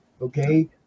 Okay